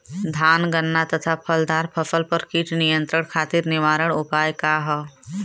धान गन्ना तथा फलदार फसल पर कीट नियंत्रण खातीर निवारण उपाय का ह?